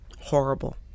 horrible